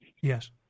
Yes